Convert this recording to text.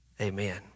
Amen